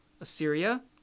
Assyria